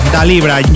Dalibra